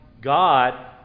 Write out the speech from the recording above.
God